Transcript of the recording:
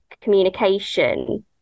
communication